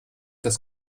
das